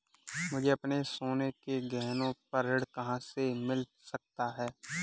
मुझे अपने सोने के गहनों पर ऋण कहाँ से मिल सकता है?